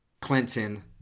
Clinton